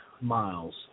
miles